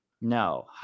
No